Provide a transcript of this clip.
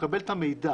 שמקבל את המידע